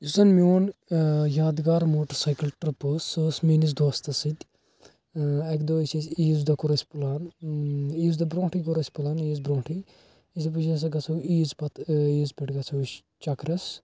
یُس زن میٛون ٲں یادگار موٹرسایکل ٹٕرٛپ ٲس سۄ ٲس میٛٲنِس دوستَس سۭتۍ ٲں اَکہ دۄہ ٲسۍ أسۍ عیٖذ دۄہ کوٚر اسہِ پٕلان عیٖذ دۄہ برٛونٛٹھٕے کوٚر اسہِ پٕلان عیٖذ برٛونٛٹھٕے اسہِ دوٚپ أسۍ ہَسا گَژھو عیٖذ پتہٕ ٲں عیٖذ پٮ۪ٹھ گَژھو أسۍ چَکرَس